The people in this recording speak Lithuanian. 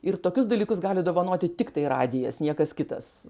ir tokius dalykus gali dovanoti tiktai radijas niekas kitas